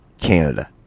Canada